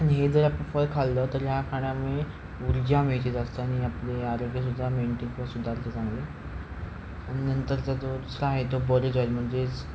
आणि हे जर आपण फळ खाल्लं तर या खाण्यामुळे ऊर्जा असतं आणि आपले आरोग्यसुद्धा मेंटेन सुधारतं चांगलं नंतरचा जो बरेच आहे म्हणजेच